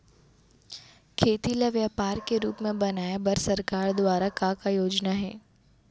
खेती ल व्यापार के रूप बनाये बर सरकार दुवारा का का योजना हे?